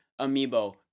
amiibo